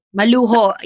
maluho